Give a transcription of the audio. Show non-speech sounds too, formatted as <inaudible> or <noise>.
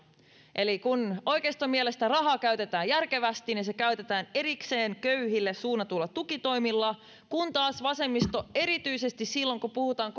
eli kun oikeiston mielestä rahaa käytetään järkevästi niin se käytetään erikseen köyhille suunnatuilla tukitoimilla kun taas vasemmisto erityisesti silloin kun puhutaan <unintelligible>